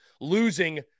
losing